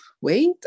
wait